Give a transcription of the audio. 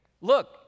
look